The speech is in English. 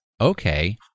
okay